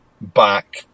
back